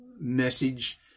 message